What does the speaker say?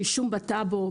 רישום בטאבו,